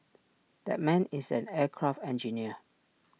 that man is an aircraft engineer